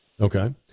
Okay